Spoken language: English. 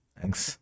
Thanks